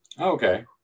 Okay